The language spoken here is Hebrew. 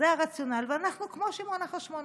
זה הרציונל, ואנחנו כמו שמעון החשמונאי.